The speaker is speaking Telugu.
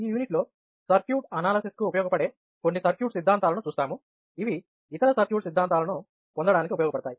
ఈ యూనిట్లో సర్క్యూట్ అనాలిసిస్ కు ఉపయోగపడే కొన్ని సర్క్యూట్ సిద్ధాంతాలను చూస్తాము ఇవి ఇతర సర్క్యూట్ సిద్ధాంతాలను పొందడానికి ఉపయోగపడతాయి